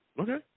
Okay